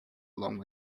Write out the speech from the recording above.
long